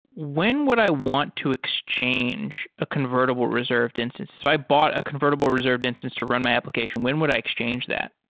when would i want to exchange a convertible reserved instance? i bought a convertible reserved instance to run my application. when would i exchange that?